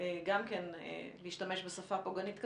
גם כן להשתמש בשפה פוגענית כזאת,